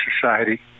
Society